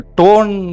tone